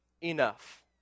enough